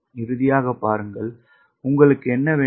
இறுதியாக பாருங்கள் உங்களுக்கு என்ன வேண்டும்